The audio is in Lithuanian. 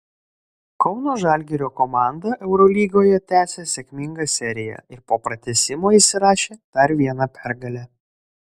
kauno žalgirio komanda eurolygoje tęsią sėkmingą seriją ir po pratęsimo įsirašė dar vieną pergalę